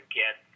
get